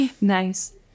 nice